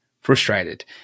frustrated